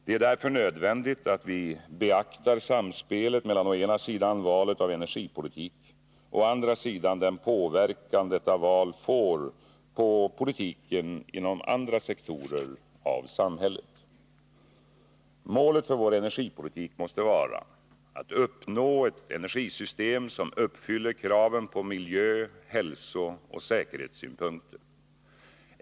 Det är därför nödvändigt att vi beaktar samspelet mellan å ena sidan valet av energipolitik och å andra sidan den påverkan detta val får på politiken inom andra sektorer av samhället. Målet för vår energipolitik måste vara att uppnå ett energisystem som uppfyller kraven från miljö-, hälsooch säkerhetssynpunkter.